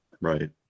Right